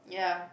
ya